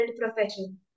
profession